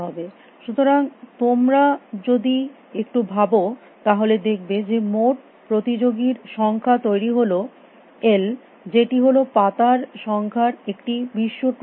সুতরাং তোমরা এটা যদি একটু ভাব তাহলে দেখবে যে মোট প্রতিযোগীর সংখ্যা তৈরী হল এল যেটি হল পাতার সংখ্যা একটি বিশ্ব টুর্নামেন্টে